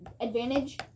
advantage